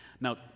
Now